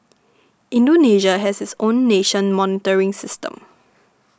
Indonesia has its own nation monitoring system